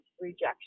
rejection